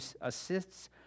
assists